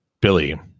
Billy